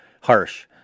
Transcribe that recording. harsh